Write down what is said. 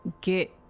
get